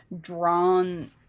drawn